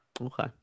Okay